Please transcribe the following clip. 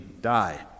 die